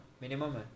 minimum